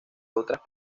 otras